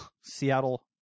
Seattle